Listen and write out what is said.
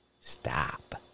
stop